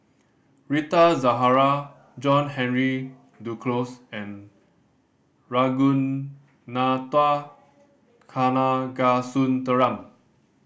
Rita Zahara John Henry Duclos and Ragunathar Kanagasuntheram